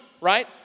right